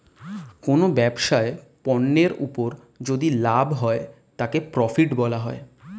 কোনো ব্যবসায় পণ্যের উপর যদি লাভ হয় তাকে প্রফিট বলা হয়